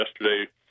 yesterday